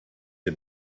ihr